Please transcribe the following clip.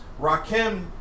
Rakim